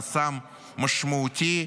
חסם משמעותי,